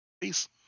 Peace